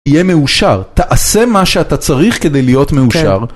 יהיה מאושר, תעשה מה שאתה צריך כדי להיות מאושר.